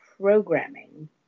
programming